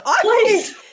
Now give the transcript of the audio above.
Please